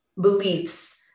beliefs